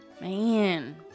Man